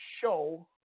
show